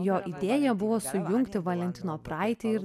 jo idėja buvo sujungti valentino praeitį ir